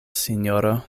sinjoro